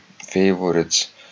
favorites